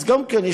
גם כן,